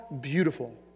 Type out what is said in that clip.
beautiful